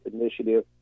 initiative